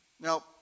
Now